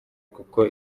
kuko